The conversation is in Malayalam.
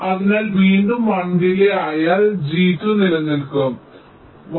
അതിനാൽ വീണ്ടും 1 ഡിലേയ് ആയാൽ G2 നിലനിൽക്കും 1